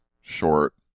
short